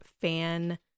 fan